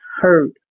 hurt